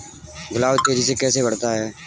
गुलाब तेजी से कैसे बढ़ता है?